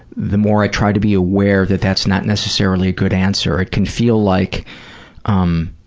the more i try to be aware that that's not necessarily a good answer. it can feel like um